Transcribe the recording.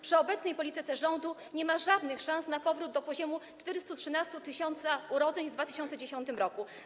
Przy obecnej polityce rządu nie ma żadnych szans na powrót do poziomu 413 tys. urodzeń z 2010 r.